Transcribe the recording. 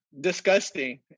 disgusting